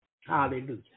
Hallelujah